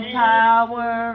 power